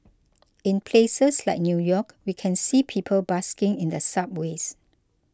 in places like New York we can see people busking in the subways